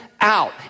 out